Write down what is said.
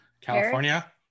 California